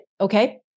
okay